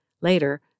later